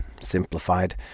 simplified